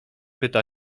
pyta